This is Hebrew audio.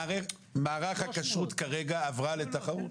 מערך הכשרות כרגע עברה לתחרות,